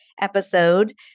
episode